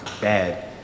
bad